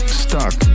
stuck